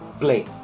play